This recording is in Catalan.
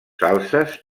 salses